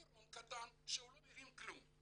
טירון קטן שלא מבין כלום.